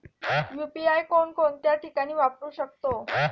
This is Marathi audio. यु.पी.आय कोणकोणत्या ठिकाणी वापरू शकतो?